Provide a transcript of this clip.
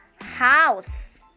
house